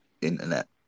internet